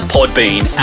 Podbean